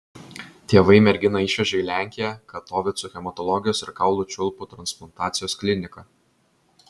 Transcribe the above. tėvai merginą išvežė į lenkiją katovicų hematologijos ir kaulų čiulpų transplantacijos kliniką